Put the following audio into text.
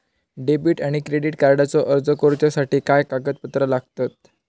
Debit आणि credit कार्डचो अर्ज करुच्यासाठी काय कागदपत्र लागतत?